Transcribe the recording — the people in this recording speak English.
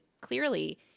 clearly